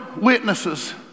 witnesses